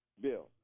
bill